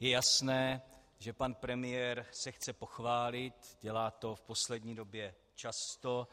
Je jasné, že pan premiér se chce pochválit, dělá to v poslední době často.